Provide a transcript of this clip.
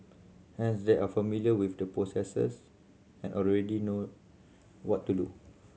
hence they are familiar with the processes and already know what to do